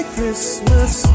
Christmas